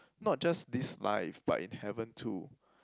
not just this life but in heaven too